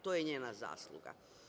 To je njena zasluga.